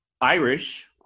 irish